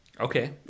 okay